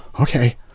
okay